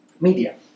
Media